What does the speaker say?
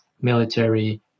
military